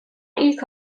ilk